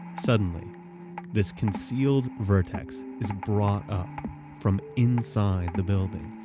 suddenly this concealed vertex is brought up from inside the building.